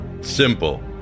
Simple